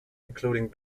including